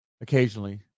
occasionally